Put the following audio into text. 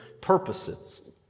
purposes